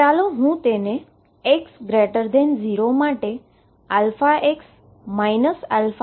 ચાલો હું તેને x0 માટે αx αx લઉ